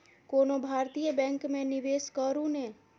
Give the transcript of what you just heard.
कोनो भारतीय बैंक मे निवेश करू ने